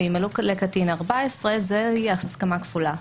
אם מלאו לקטין 14, זאת הסכמה כפולה.